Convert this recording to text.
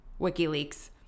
WikiLeaks